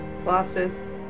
glasses